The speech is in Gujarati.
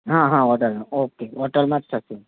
હા હા વાંધો નહીં ઓકે હોટેલમાં જ થશે